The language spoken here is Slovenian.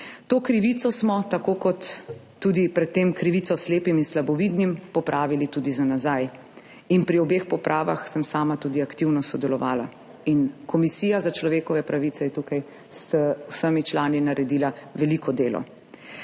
To krivico smo, tako kot tudi pred tem krivico slepim in slabovidnim, popravili tudi za nazaj. Pri obeh popravah sem sama tudi aktivno sodelovala. Komisija za človekove pravice je tukaj z vsemi člani naredila veliko delo.